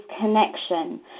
connection